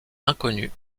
inconnue